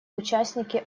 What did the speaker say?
участники